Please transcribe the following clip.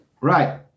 Right